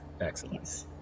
Excellent